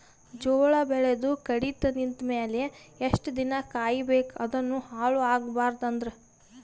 ಜೋಳ ಬೆಳೆದು ಕಡಿತ ನಿಂತ ಮೇಲೆ ಎಷ್ಟು ದಿನ ಕಾಯಿ ಬೇಕು ಅದನ್ನು ಹಾಳು ಆಗಬಾರದು ಅಂದ್ರ?